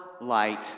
light